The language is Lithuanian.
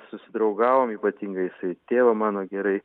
susidraugavom ypatingai jisai tėvą mano gerai